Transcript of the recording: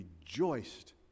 rejoiced